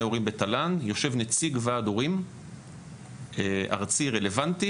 הורים בתל"ן יושב נציג ועד הורים ארצי רלוונטי,